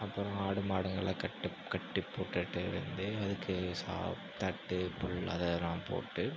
அப்புறம் ஆடு மாடுங்களை கட்டு கட்டி போட்டுவிட்டு வந்து அதுக்கு சா தட்டு புல் அதெல்லாம் போட்டு